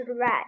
red